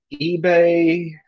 eBay